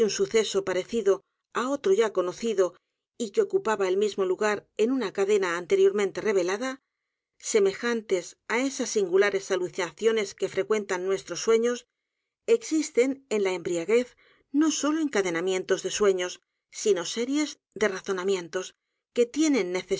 suceso parecido á otro ya conocido y que ocupaba el mismo l u g a r en una cadena anteriormente revelada semejantes á esas singulares alucinaciones que frecuentan nuestros sueños existen en la embriaguez no sólo encadenamientos de sueños sino eries de razonamientos que tienen